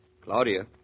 Claudia